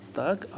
tak